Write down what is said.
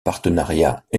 partenariat